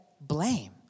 blame